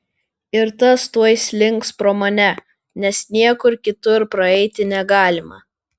ir tas tuoj slinks pro mane nes niekur kitur praeiti negalima